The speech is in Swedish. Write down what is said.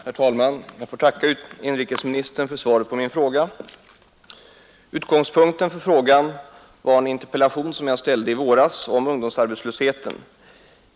Herr talman! Jag får tacka inrikesministern för svaret på min fråga. Utgångspunkten för frågan var en interpellation som jag framställde i våras om ungdomsarbetslösheten.